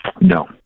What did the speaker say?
No